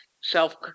self